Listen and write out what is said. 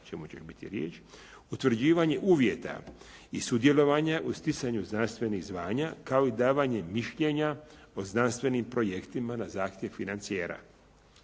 čemu će biti riječ, utvrđivanje uvjeta i sudjelovanja u stjecanju znanstvenih zvanja, kao i davanje mišljenja o znanstvenim projektima na zahtjev financijera.